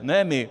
Ne my.